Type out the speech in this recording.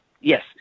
yes